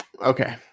Okay